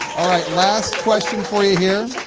alright last question for you here,